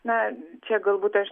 na čia galbūt aš